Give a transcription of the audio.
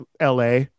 LA